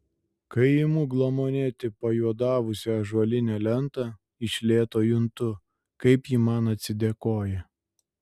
kai imu glamonėti pajuodavusią ąžuolinę lentą iš lėto juntu kaip ji man atsidėkoja